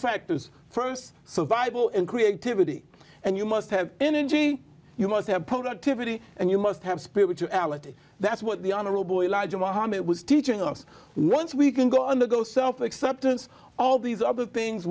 factors st survival and creativity and you must have energy you must have productivity and you must have spirituality that's what the honorable elijah muhammad was teaching us once we can go undergo self acceptance all these other things